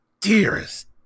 dearest